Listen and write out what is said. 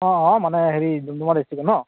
অ মানে হেৰি ডুমডুমা ডিষ্ট্ৰিক্টত ন'